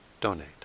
donate